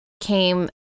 came